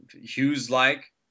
Hughes-like